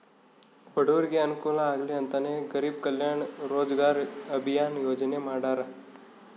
ಬಡೂರಿಗೆ ಅನುಕೂಲ ಆಗ್ಲಿ ಅಂತನೇ ಗರೀಬ್ ಕಲ್ಯಾಣ್ ರೋಜಗಾರ್ ಅಭಿಯನ್ ಯೋಜನೆ ಮಾಡಾರ